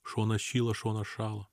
šonas šyla šonas šąla